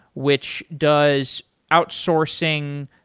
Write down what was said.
which does outsourcing,